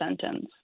sentence